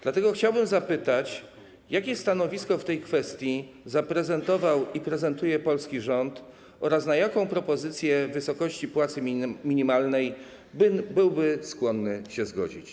Dlatego chciałbym zapytać: Jakie stanowisko w tej kwestii zaprezentował i prezentuje polski rząd oraz na jaką propozycję wysokości płacy minimalnej byłby skłonny się zgodzić?